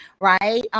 Right